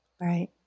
Right